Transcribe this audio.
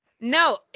No